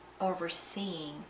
overseeing